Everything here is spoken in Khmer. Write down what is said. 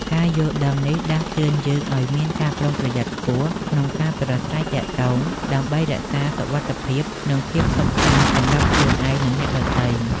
ការយល់ដឹងនេះដាស់តឿនយើងឲ្យមានការប្រុងប្រយ័ត្នខ្ពស់ក្នុងការប្រាស្រ័យទាក់ទង ដើម្បីរក្សាសុវត្ថិភាព និងភាពសុខសាន្តសម្រាប់ខ្លួនឯង និងអ្នកដទៃ។